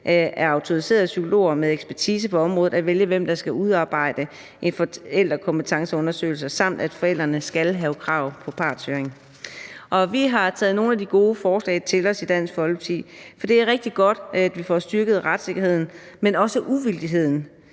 af autoriserede psykologer med ekspertise på området at vælge, hvem der skal udarbejde en forældrekompetenceundersøgelse, samt at forældrene skal have krav på partshøring. Vi har taget nogle af de gode forslag til os i Dansk Folkeparti, for det er rigtig godt, at vi får styrket retssikkerheden, men også uvildigheden.